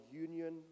union